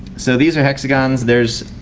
so these are hexagons there's,